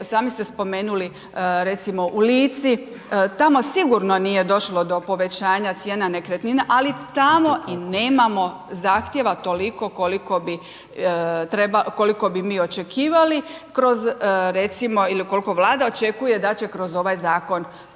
sami ste spomenuli recimo u Lici tamo sigurno nije došlo do povećanja cijena nekretnina, ali tamo i nemamo zahtjeva toliko koliko bi mi očekivali kroz recimo ili koliko Vlada očekuje da će kroz ovaj zakon postići.